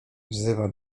wzywa